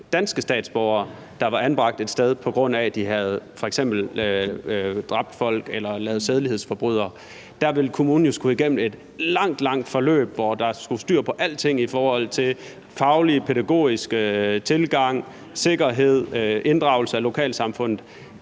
danske statsborgere, der var anbragt et sted, på grund af at de f.eks. havde dræbt folk eller lavet sædelighedsforbrydelser. Der ville kommunen jo skulle igennem et langt, langt forløb, hvor der skulle styr på alting i forhold til faglig og pædagogisk tilgang, sikkerhed, inddragelse af lokalsamfundet.